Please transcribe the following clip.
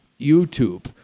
YouTube